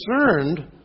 concerned